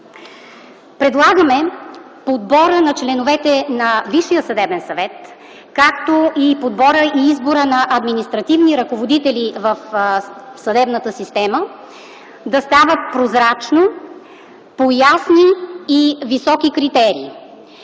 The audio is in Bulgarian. Предлагаме подборът на членовете на Висшия съдебен съвет, както и подборът и изборът на административни ръководители в съдебната система да става прозрачно, по ясни и високи критерии.